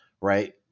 right